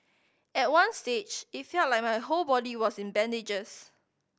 at one stage it felt like my whole body was in bandages